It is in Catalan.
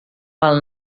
pel